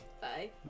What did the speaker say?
Bye